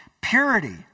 Purity